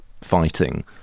fighting